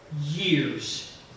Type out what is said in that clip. years